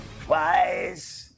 twice